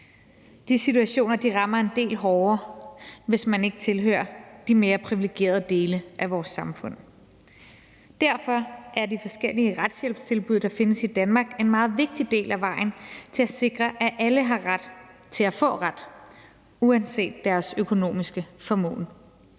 ende i, rammer en del hårdere, hvis man ikke tilhører de mere privilegerede dele af vores samfund. Derfor er de forskellige retshjælpstilbud, der findes i Danmark, en meget vigtig del af vejen til at sikre, at alle har ret til at få ret uanset deres økonomiske formål.